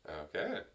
Okay